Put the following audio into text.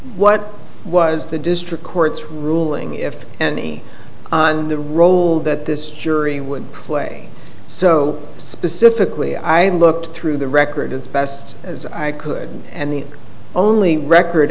what was the district court's ruling if any on the role that this jury would play so specifically i looked through the record as best as i could and the only record